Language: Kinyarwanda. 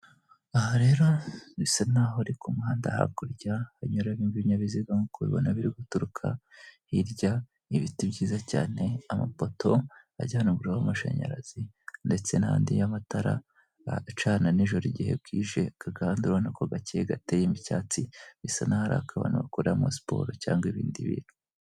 Aha rero bisa n'aho ari ku muhanda, hakurya hanyuramo ibinyabiziga nk'uko ubibona biri guturuka hirya, ibiti byiza cyane, amapoto ajyana umuriro w'amashanyarazi ndetse n'andi y'amatara acana n'ijoro igihe bwije, aka gahanda urabibona ko gakeye gateyemo icyatsi bisa n'aho ari ako abantu bakoreramo siporo cyangwa ibindi bintu.